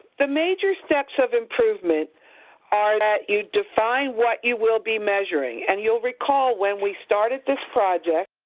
the major steps of improvement are that you define what you will be measuring. and you'll recall when we started this project